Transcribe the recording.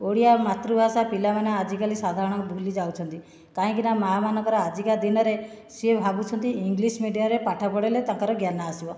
ଓଡ଼ିଆ ମାତୃଭାଷା ପିଲାମାନେ ଆଜିକାଲି ସାଧାରଣ ଭୁଲି ଯାଉଛନ୍ତି କାହିଁକିନା ମାଆ ମାନଙ୍କର ଆଜିକା ଦିନରେ ସେ ଭାବୁଛନ୍ତି ଇଂଲିଶ ମିଡିୟମରେ ପାଠ ପଢ଼ାଇଲେ ତାଙ୍କର ଜ୍ଞାନ ଆସିବ